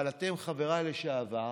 אבל אתם, חבריי לשעבר